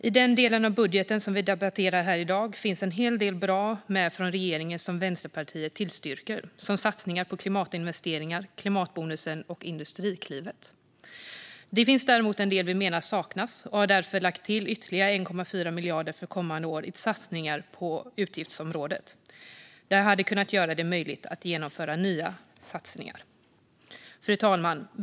I den del av budgeten som vi debatterar här i dag finns en hel del bra från regeringen som Vänsterpartiet tillstyrker, som satsningar på klimatinvesteringar, klimatbonusen och Industriklivet. Det finns dock en del som vi menar saknas, och vi har därför lagt till ytterligare 1,4 miljarder för kommande år i satsningar på utgiftsområdet. Detta hade kunnat göra det möjligt att genomföra nya satsningar. Fru talman!